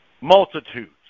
multitudes